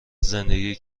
زندگی